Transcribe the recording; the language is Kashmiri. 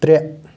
ترٛےٚ